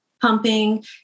pumping